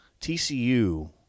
TCU